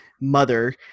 mother